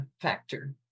factor